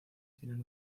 tienen